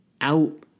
out